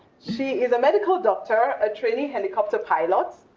she is a medical doctor, a trainee helicopter pilot,